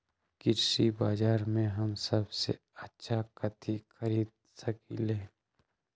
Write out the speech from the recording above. कृषि बाजर में हम सबसे अच्छा कथि खरीद सकींले?